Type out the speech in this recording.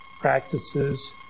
practices